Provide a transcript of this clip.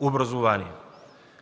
образование.